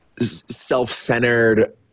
self-centered